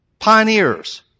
pioneers